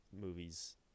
movies